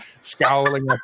scowling